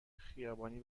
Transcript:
خیابانی